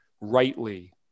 rightly